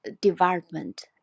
development